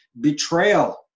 betrayal